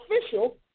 official